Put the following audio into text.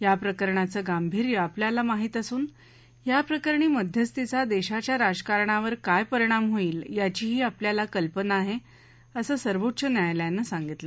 या प्रकरणाचं गांभीर्य आपल्याला माहित असून याप्रकरणी मध्यस्थीचा देशाच्या राजकारणावर काय परिणाम होईल याचीही आपल्याला कल्पना आहे असं सर्वोच्च न्यायालयानं सांगितलं